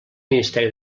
ministeri